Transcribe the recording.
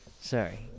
Sorry